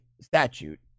statute